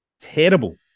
Terrible